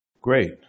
Great